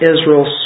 Israel